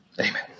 Amen